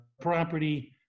property